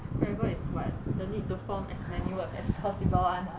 scrabble is what the need to form as many words as possible [one] ah